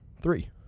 three